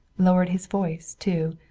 lowered his voice, too,